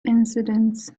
incidents